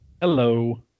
Hello